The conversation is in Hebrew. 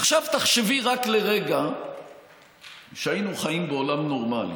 עכשיו תחשבי רק לרגע שהיינו חיים בעולם נורמלי,